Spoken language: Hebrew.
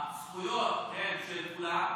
הזכויות הן של כולם,